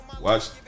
watch